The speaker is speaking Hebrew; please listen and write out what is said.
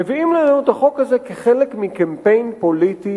מביאים לנו את החוק הזה כחלק מקמפיין פוליטי